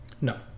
no